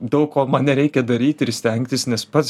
daug ko man nereikia daryti ir stengtis nes pats